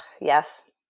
Yes